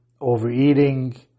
overeating